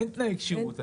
אין תנאי כשירות.